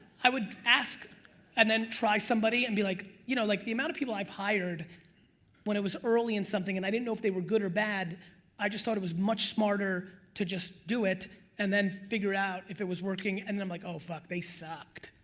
i would ask and then try somebody and be like you know like the amount of people i've hired when it was early in something and i didn't know if they were good or bad i just thought it was much smarter to just do it and then figure it out if it was working and then like oh fuck, they sucked.